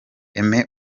aime